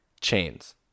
Chains